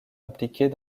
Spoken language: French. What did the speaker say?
impliqués